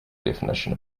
definition